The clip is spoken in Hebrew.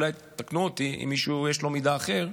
אולי תקנו אותי אם למישהו יש מידע אחר,